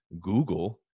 Google